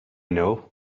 know